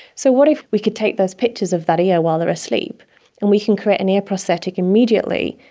so what if we could take those pictures of that ear while they are asleep and we can create an ear prosthetic immediately,